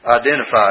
identified